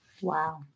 Wow